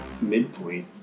midpoint